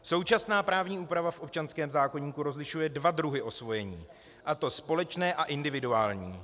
Současná právní úprava v občanském zákoníku rozlišuje dva druhy osvojení, a to společné a individuální.